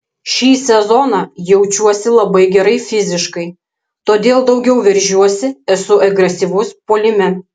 šį sezoną jaučiuosi labai gerai fiziškai todėl daugiau veržiuosi esu agresyvus puolime